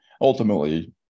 ultimately